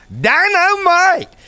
Dynamite